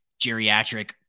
geriatric